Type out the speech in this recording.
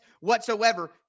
whatsoever